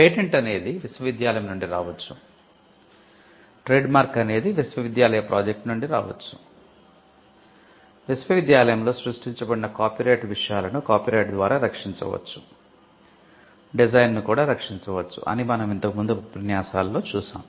patent అనేది విశ్వవిద్యాలయం నుండి రావచ్చు ట్రేడ్మార్క్ అనేది విశ్వవిద్యాలయ ప్రాజెక్ట్ నుండి రావచ్చు విశ్వవిద్యాలయంలో సృష్టించబడిన కాపీరైట్ విషయాలను కాపీరైట్ ద్వారా రక్షించవచ్చు డిజైన్ ను కూడా రక్షించవచ్చు అని మనం ఇంతకు ముందు ఉపన్యాసాలలో చూసాం